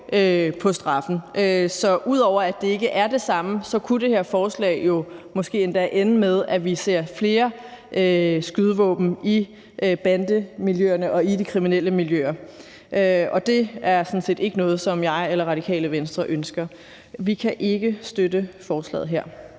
på straffen. Så ud over at det ikke er det samme, kunne det her forslag jo måske endda ende med, at vi ser flere skydevåben i bandemiljøerne og i de kriminelle miljøer, og det er sådan set ikke noget, som jeg eller Radikale Venstre ønsker. Vi kan ikke støtte forslaget her.